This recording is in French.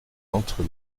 entre